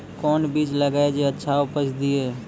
कोंन बीज लगैय जे अच्छा उपज दिये?